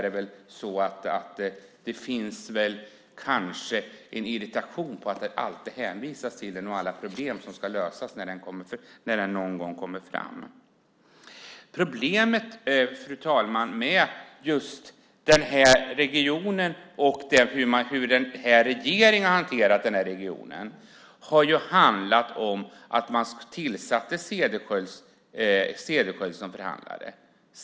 Det finns kanske en irritation över att det alltid hänvisas till den och att alla problem ska lösas när den någon gång kommer fram. Problemet med just den här regionen och hur den här regeringen har hanterat den här regionen handlar om att man tillsatte Cederschiöld som förhandlare.